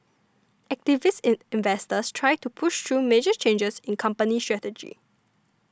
activist investors try to push through major changes in company strategy